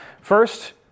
First